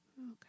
Okay